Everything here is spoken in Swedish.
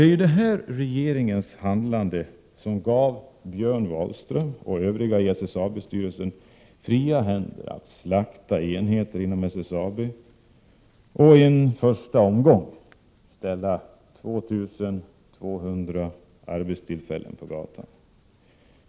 Det var detta regeringens handlande som gav Björn Wahlström och övriga i SSAB-styrelsen fria händer att slakta enheter inom SSAB och i en första omgång ställa 2 200 arbetare på gatan.